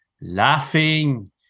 laughing